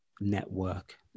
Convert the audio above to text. Network